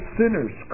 sinners